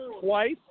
twice